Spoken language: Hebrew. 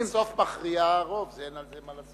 בסוף מכריע הרוב, אין מה לעשות.